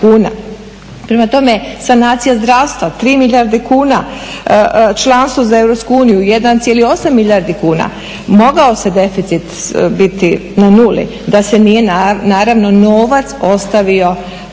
Prema tome sanacija zdravstva 3 milijarde kuna, članstvo za Europsku uniju 1,8 milijardi kuna. Mogao je deficit biti na nuli da se nije naravno novac ostavio